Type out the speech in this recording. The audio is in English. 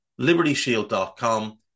libertyshield.com